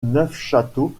neufchâteau